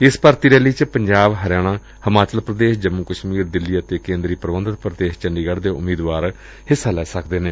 ਇਸ ਭਰਤੀ ਰੈਲੀ ਵਿਚ ਪੰਜਾਬ ਹਰਿਆਣਾ ਹਿਮਾਚਲ ਪ੍ਰਦੇਸ਼ ਜੰਮੂ ਕਸ਼ਮੀਰ ਦਿੱਲੀ ਅਤੇ ਕੇਂਦਰੀ ਪ੍ਬੰਧਤ ਪ੍ਰਦੇਸ਼ ਚੰਡੀਗੜ੍ ਦੇ ਉਮੀਦਵਾਰ ਹਿੱਸਾ ਲੈ ਸਕਦੇ ਨੇ